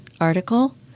article